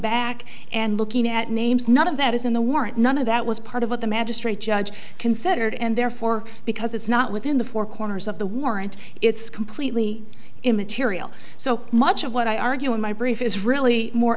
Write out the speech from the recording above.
back and looking at names none of that is in the warrant none of that was part of what the magistrate judge considered and therefore because it's not within the four corners of the warrant it's completely immaterial so much of what i argue in my brief is really more